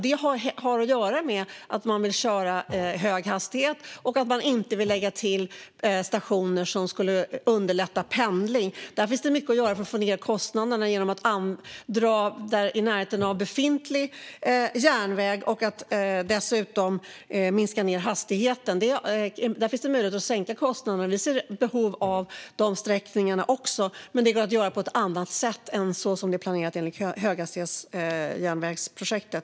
Det har att göra med att man vill köra i hög hastighet och att man inte vill lägga till stationer som skulle underlätta för pendling. Det finns mycket att göra där för att få ned kostnaderna, till exempel att dra järnvägen i närheten av befintlig järnväg och att sänka hastigheten. Där finns det möjlighet att minska kostnaderna. Vi ser också att det finns behov av de sträckningarna. Men det går att göra på ett annat sätt än det är planerat enligt höghastighetsjärnvägsprojektet.